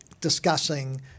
discussing